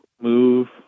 move